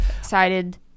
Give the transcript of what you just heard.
excited